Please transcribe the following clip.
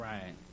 Right